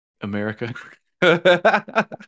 America